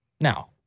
Now